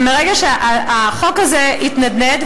החוק הזה התנדנד,